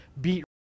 beat